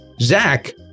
Zach